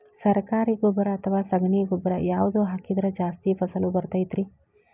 ಸರಕಾರಿ ಗೊಬ್ಬರ ಅಥವಾ ಸಗಣಿ ಗೊಬ್ಬರ ಯಾವ್ದು ಹಾಕಿದ್ರ ಜಾಸ್ತಿ ಫಸಲು ಬರತೈತ್ರಿ?